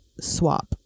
swap